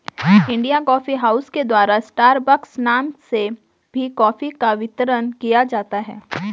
India coffee house के द्वारा Starbucks नाम से भी कॉफी का वितरण किया जाता है